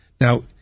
Now